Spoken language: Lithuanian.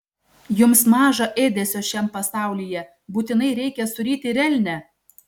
jums maža ėdesio šiam pasaulyje būtinai reikia suryti ir elnią